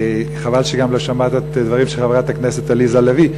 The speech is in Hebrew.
חבל גם שלא שמעת את הדברים של חברת הכנסת עליזה לביא.